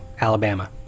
Alabama